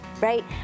right